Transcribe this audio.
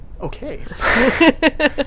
Okay